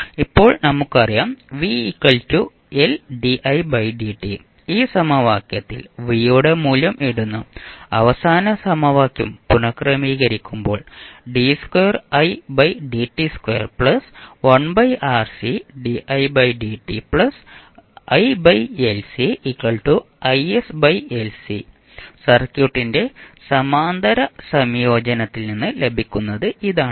ഇപ്പോൾ നമുക്കറിയാം ഈ സമവാക്യത്തിൽ v യുടെ മൂല്യം ഇടുന്നു അവസാന സമവാക്യം പുനക്രമീകരിക്കുമ്പോൾ സർക്യൂട്ടിന്റെ സമാന്തര സംയോജനത്തിൽ നിന്ന് ലഭിക്കുന്നത് ഇതാണ്